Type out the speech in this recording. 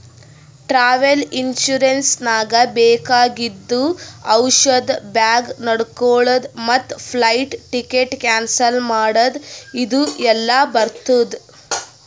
travel insurance ನಾಗ್ ಬೇಕಾಗಿದ್ದು ಔಷಧ ಬ್ಯಾಗ್ ನೊಡ್ಕೊಳದ್ ಮತ್ ಫ್ಲೈಟ್ ಟಿಕೆಟ್ ಕ್ಯಾನ್ಸಲ್ ಮಾಡದ್ ಇದು ಎಲ್ಲಾ ಬರ್ತುದ